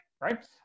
Right